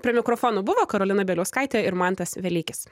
prie mikrofonų buvo karolina bieliauskaitė ir mantas velykis